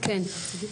כן.